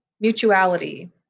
Mutuality